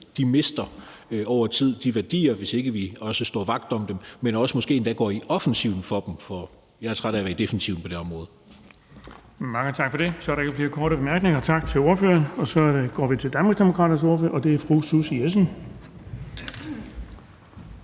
tid mister de værdier, hvis ikke vi også står vagt om dem, men også måske endda går i offensiven for dem. Jeg er træt af at være i defensiven på det område. Kl. 12:10 Den fg. formand (Erling Bonnesen): Mange tak for det. Så er der ikke flere korte bemærkninger. Tak til ordføreren, og så går vi til Danmarksdemokraternes ordfører, og det er fru Susie Jessen. Kl.